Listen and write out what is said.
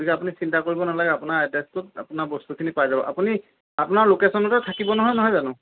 গতিকে আপুনি চিন্তা কৰিব নালাগে আপোনাৰ এড্ৰেচটোত আপোনাৰ বস্তুখিনি পাই যাব আপুনি আপোনাৰ ল'কেচনতে থাকিব নহয় নহয় জানোঁ